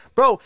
Bro